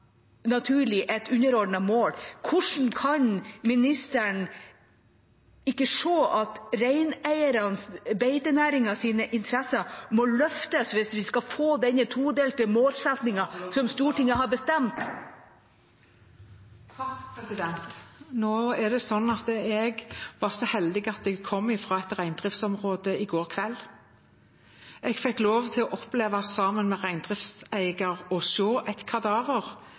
et underordnet mål. Hvordan kan ministeren ikke se at reineierne og beitenæringens interesser må løftes hvis vi skal få denne todelte målsettingen som Stortinget har bestemt? Jeg var så heldig å komme fra et reindriftsområde i går kveld. Jeg fikk sammen med en reindriftseier oppleve å se et kadaver